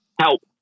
help